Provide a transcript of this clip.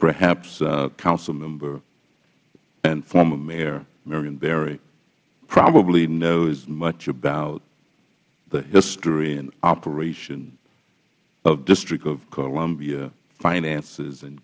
perhaps council member and former mayor marion berry probably knows very much about the history and operation of district of columbia finances and